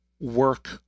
work